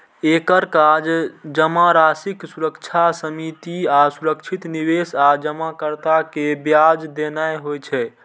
एकर काज जमाराशिक सुरक्षा, सीमित आ सुरक्षित निवेश आ जमाकर्ता कें ब्याज देनाय होइ छै